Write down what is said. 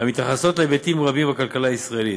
המתייחסות להיבטים רבים בכלכלה הישראלית,